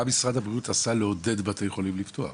מה משרד הבריאות עשה לעודד בתי חולים לפתוח?